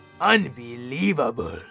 Unbelievable